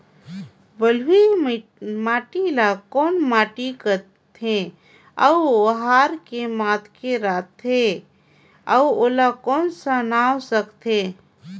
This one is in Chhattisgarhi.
बलुही माटी ला कौन माटी सकथे अउ ओहार के माधेक राथे अउ ओला कौन का नाव सकथे?